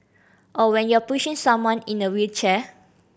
or when you're pushing someone in a wheelchair